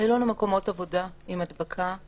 היו לנו מקומות עבודה עם הדבקה נרחבת,